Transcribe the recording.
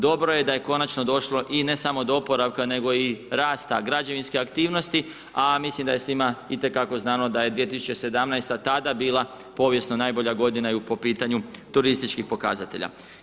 Dobro je da je konačno došlo, i ne samo do oporavka, nego i do rasta građevinske aktivnosti, a mislim da je svima itekako znano, da je 2017. tada bila povijesno najbolja godina i po pitanju turističkih pokazatelja.